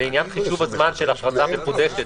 לעניין חיתוך הזמן של החלטה מחודשת,